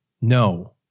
no